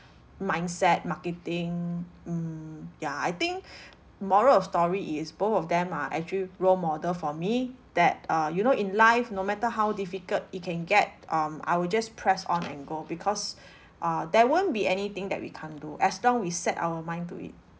mindset marketing mm ya I think moral of story is both of them are actually role model for me that uh you know in life no matter how difficult it can get um I will just press on and go because uh there won't be anything that we can't do as long we set our mind to it